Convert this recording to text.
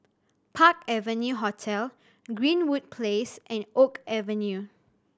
Park Avenue Hotel Greenwood Place and Oak Avenue